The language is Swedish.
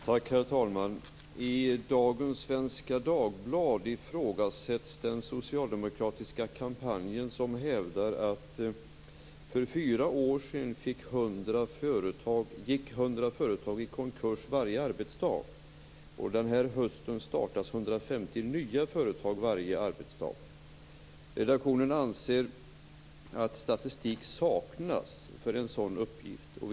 Herr talman! I Svenska Dagbladet i dag ifrågasätts den socialdemokratiska kampanj där man bl.a. hävdar: "För fyra år sedan gick 100 företag i konkurs varje arbetsdag. Den här hösten startas 150 nya företag varje arbetsdag." Redaktionen anser att statistik saknas för en sådan uppgift.